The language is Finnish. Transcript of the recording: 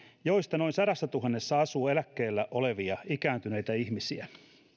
joista noin sadassatuhannessa asuu eläkkeellä olevia ikääntyneitä ihmisiä